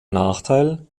nachteil